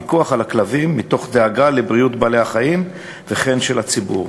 פיקוח על הכלבים מתוך דאגה לבריאות של בעלי-החיים וכן של הציבור.